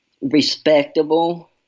respectable